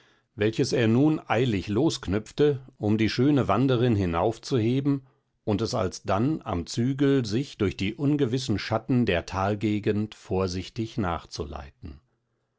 welches er nun eilig losknüpfte um die schöne wandrerin hinaufzuheben und es alsdann am zügel sich durch die ungewissen schatten der talgegend vorsichtig nachzuleiten